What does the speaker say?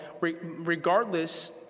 regardless